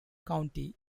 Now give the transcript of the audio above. county